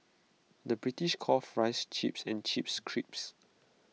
the British calls Fries Chips and Chips Crisps